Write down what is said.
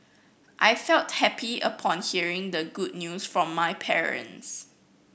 I felt happy upon hearing the good news from my parents